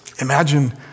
Imagine